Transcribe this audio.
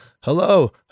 hello